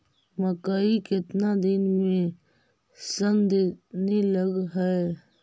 मकइ केतना दिन में शन देने लग है?